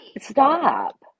Stop